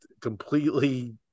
completely